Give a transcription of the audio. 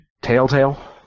Telltale